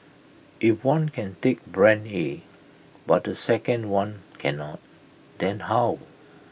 if one can take Brand A but the second one cannot then how